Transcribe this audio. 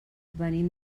venim